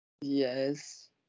Yes